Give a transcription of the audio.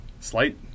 slight